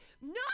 No